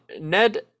Ned